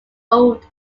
old